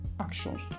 actions